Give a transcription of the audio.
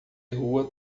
rua